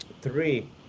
three